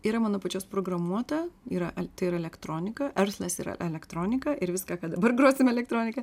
yra mano pačios programuota yra yra elektronika erfles yra elektronika ir viską kad dabar grosim elektronika